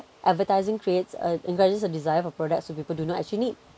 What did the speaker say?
advertising creates uh encourages a desire for products that people do not actually need